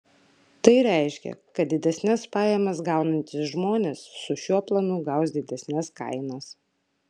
tai reiškia kad didesnes pajamas gaunantys žmonės su šiuo planu gaus didesnes kainas